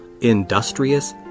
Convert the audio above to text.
industrious